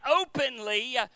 openly